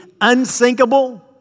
unsinkable